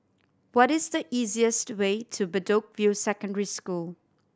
what is the easiest way to Bedok View Secondary School